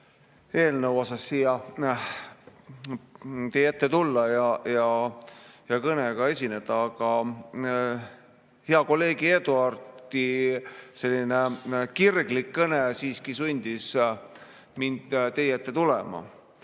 eelnõu pärast siia teie ette tulla ja kõnega esineda, aga hea kolleegi Eduardi kirglik kõne siiski sundis mind teie ette tulema. Paraku